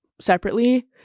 separately